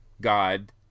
god